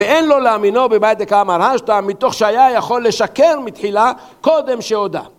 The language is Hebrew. ואין לו להאמינו במאי דקאמר השתא, מתוך שהיה יכול לשקר מתחילה קודם שהודה.